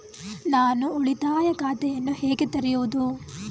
ನಾನು ಉಳಿತಾಯ ಖಾತೆಯನ್ನು ಹೇಗೆ ತೆರೆಯುವುದು?